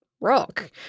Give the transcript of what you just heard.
rock